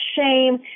shame